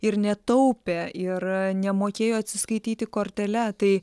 ir netaupė ir nemokėjo atsiskaityti kortele tai